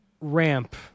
ramp